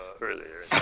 earlier